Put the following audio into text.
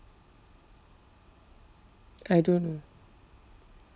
I don't know